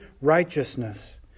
righteousness